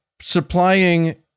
supplying